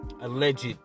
alleged